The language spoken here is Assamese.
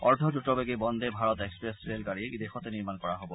অৰ্ধ দ্ৰতবেগী বন্দে ভাৰত এক্সপ্ৰেছ ৰেলগাড়ীৰ দেশতে নিৰ্মাণ কৰা হ'ব